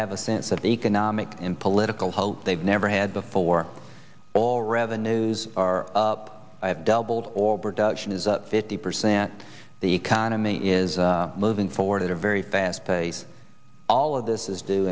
have a sense of economic and political hope they've never had before all rather news are up i have doubled or production is up fifty percent the economy is moving forward at a very fast pace all of this is d